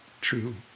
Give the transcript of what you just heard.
true